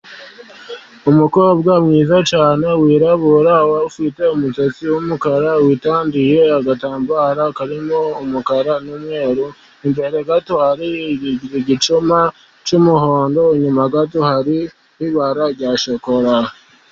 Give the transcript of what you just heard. Umukobwa mwiza cyane wirabura, ufite umusatsi w'umukara witandiye, agatambaro karimo umukara n'umweru, imbere gato hari igicuba cy'umuhondo, inyuma gato hari ibara rya shokora.